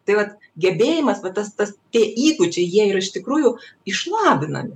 tai vat gebėjimas va tas tas tie įgūdžiai jie yra iš tikrųjų išlavinami